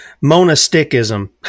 monasticism